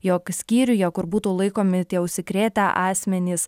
jog skyriuje kur būtų laikomi tie užsikrėtę asmenys